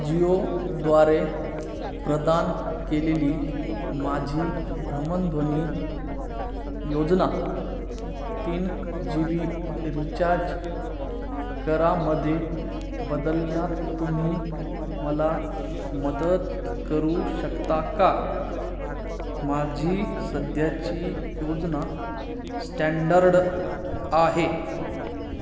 जिओद्वारे प्रदान केलेली माझी भ्रमणध्वनी योजना तीन जी बी रिचार्ज करामध्ये बदलण्यात तुम्ही मला मदत करू शकता का माझी सध्याची योजना स्टँडर्ड आहे